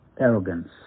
arrogance